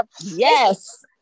Yes